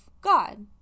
God